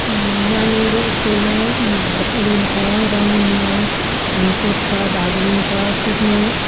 नानीहरू स्कुलमा भाग लिन्छ रनिङमा कुद्छ भाग लिन्छ कुद्नु